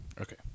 Okay